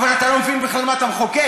אבל אתה לא מבין בכלל מה אתה מחוקק.